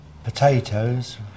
Potatoes